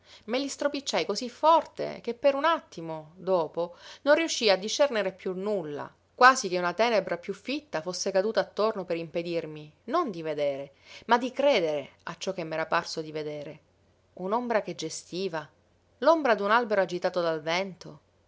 me li stropicciai così forte che per un attimo dopo non riuscii a discernere piú nulla quasi che una tenebra piú fitta fosse caduta attorno per impedirmi non di vedere ma di credere a ciò che m'era parso di vedere un'ombra che gestiva l'ombra d'un albero agitato dal vento